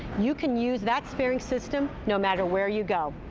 you can use that sparing system no matter where you go.